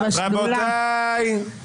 רבותיי,